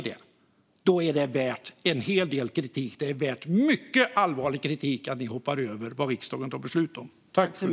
Det är värt mycket allvarlig kritik att ni hoppar över vad riksdagen tar beslut om.